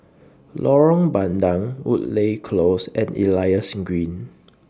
Lorong Bandang Woodleigh Close and Elias Green